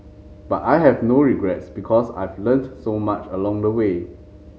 but I have no regrets because I've learnt so much along the way